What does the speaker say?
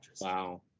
wow